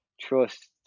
trust